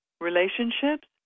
relationships